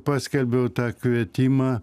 paskelbiau tą kvietimą